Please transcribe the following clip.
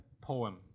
poem